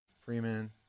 freeman